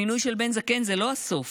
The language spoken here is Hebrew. המינוי של בן זקן זה לא הסוף